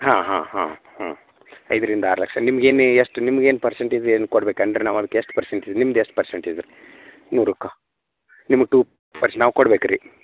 ಹಾಂ ಹಾಂ ಹಾಂ ಹ್ಞೂ ಐದರಿಂದ ಆರು ಲಕ್ಷ ನಿಮ್ಗೇನೆ ಎಷ್ಟು ನಿಮ್ಗೆ ಏನು ಪರ್ಸಂಟೇಜ್ ಏನು ಕೊಡ್ಬೇಕು ಏನು ರೀ ನಾವು ಅದ್ಕ ಪರ್ಸಂಟೇಜ್ ನಿಮ್ದು ಎಷ್ಟು ಪರ್ಸಂಟೇಜ್ ರೀ ನೂರಕ್ಕೆ ನಿಮಗೆ ಟು ಪರ್ಸಂಟೇಜ್ ನಾವು ಕೊಡ್ಬೇಕು ರೀ